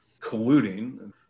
colluding –